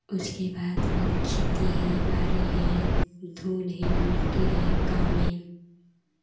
उसके बाद लोग खेती है बाड़ी है धूल है मिट्टी है गाँव में